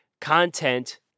content